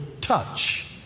touch